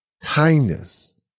Kindness